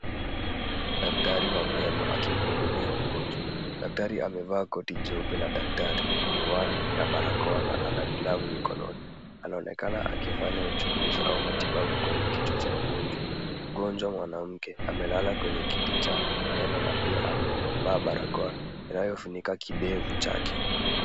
Dakitari wa meno akimhudumia mgonjwa. Daktari amevaa koti jeupe la daktari, miwani, na barakoa na ana glavu mikononi. Anaonekana akifanya uchunguzi au matibabu kwenye kichwa cha mgonjwa, mgonjwa mwanamke, amelala kwenye kiti cha meno na pia amevaa barakoa inayofunika kidevu chake.